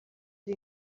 ari